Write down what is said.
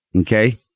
Okay